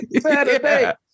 Saturday